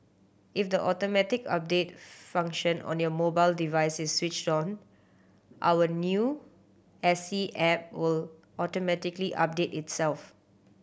if the automatic update function on your mobile device is switched on our new S T app will automatically update itself